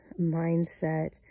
mindset